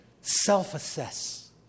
self-assess